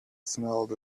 smelled